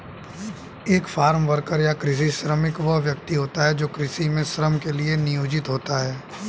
एक farm worker या कृषि श्रमिक वह व्यक्ति होता है जो कृषि में श्रम के लिए नियोजित होता है